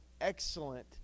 excellent